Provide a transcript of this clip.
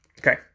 Okay